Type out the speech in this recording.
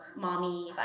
Mommy